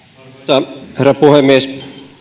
arvoisa herra puhemies